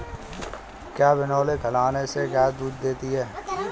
क्या बिनोले खिलाने से गाय दूध ज्यादा देती है?